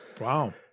Wow